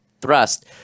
thrust